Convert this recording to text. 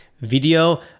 video